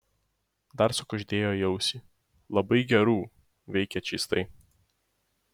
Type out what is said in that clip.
dar sukuždėjo į ausį labai gerų veikia čystai